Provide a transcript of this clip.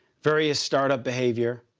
various start up behavior,